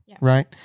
Right